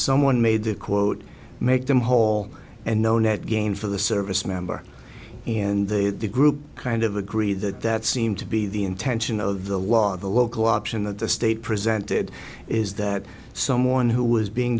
someone made the quote make them whole and no net gain for the service member and the group kind of agree that that seemed to be the intention of the law the local option that the state presented is that someone who was being